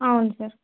అవును సార్